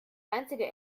einzige